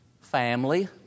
Family